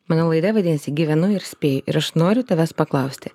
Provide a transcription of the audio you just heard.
mano laida vadinasi gyvenu ir spėju ir aš noriu tavęs paklausti